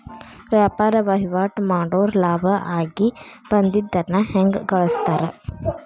ವ್ಯಾಪಾರ್ ವಹಿವಾಟ್ ಮಾಡೋರ್ ಲಾಭ ಆಗಿ ಬಂದಿದ್ದನ್ನ ಹೆಂಗ್ ಬಳಸ್ತಾರ